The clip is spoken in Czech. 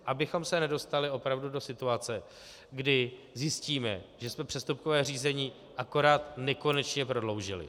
Abychom se nedostali opravdu do situace, kdy zjistíme, že jsme přestupkové řízení akorát nekonečně prodloužili.